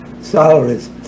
salaries